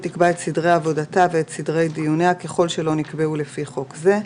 תקבע את סדרי עבודתה ואת סדרי דיוניה ככל שלא נקבעו לפי חוק זה.